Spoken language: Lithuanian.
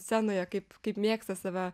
scenoje kaip kaip mėgsta save